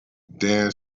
dame